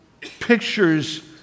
pictures